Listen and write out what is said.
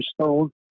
stone